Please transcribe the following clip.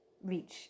reach